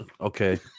Okay